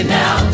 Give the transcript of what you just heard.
now